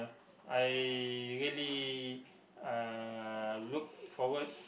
I really uh look forward